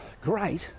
great